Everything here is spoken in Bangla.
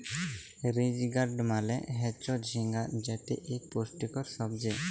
রিজ গার্ড মালে হচ্যে ঝিঙ্গা যেটি ইক পুষ্টিকর সবজি